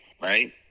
right